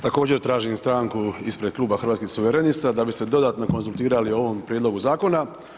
Također tražim stanku ispred Kluba Hrvatskih suverenista da bi se dodatno konzultirali o ovom prijedlogu zakona.